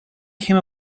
came